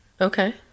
Okay